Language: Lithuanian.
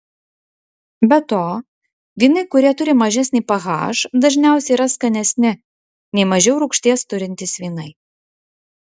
be to vynai kurie turi mažesnį ph dažniausiai yra skanesni nei mažiau rūgšties turintys vynai